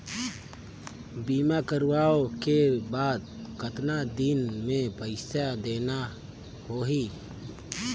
बीमा करवाओ के बाद कतना दिन मे पइसा देना हो ही?